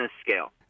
scale